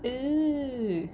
!ee!